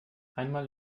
einmal